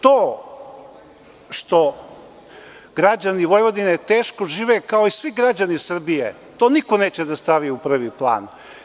To što građani Vojvodine žive, kao i svi građani Srbije, to niko neće da stavi u prvi plan.